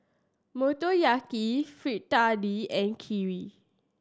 Motoyaki Fritada and Kheer